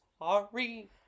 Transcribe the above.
sorry